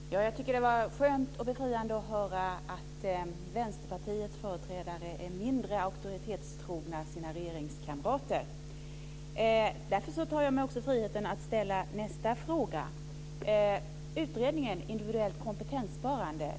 Fru talman! Jag tycker att det var skönt och befriande att höra att Vänsterpartiets företrädare är mindre auktoritetstrogna än sina regeringskamrater. Därför tar jag mig friheten att ställa nästa fråga. Här finns utredningen Individuellt kompetenssparande.